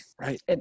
right